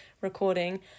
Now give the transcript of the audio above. recording